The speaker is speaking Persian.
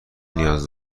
نیاز